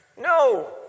No